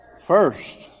first